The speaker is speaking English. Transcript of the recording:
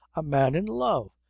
a man in love.